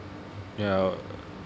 ya